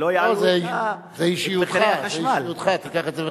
שלא יעלו את מחירי החשמל.